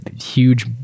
huge